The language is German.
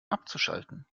abzuschalten